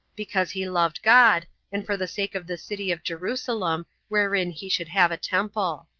because he loved god, and for the sake of the city of jerusalem, wherein he should have a temple.